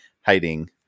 hiding